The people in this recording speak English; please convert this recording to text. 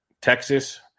Texas